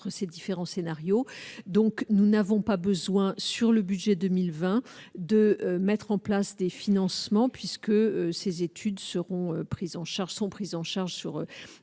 ces différents scénarios, donc nous n'avons pas besoin sur le budget 2020 de mettre en place des financements, puisque ces études seront prises en charge sont